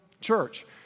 Church